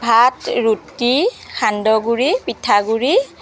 ভাত ৰুটি সান্দহ গুৰি পিঠাগুৰি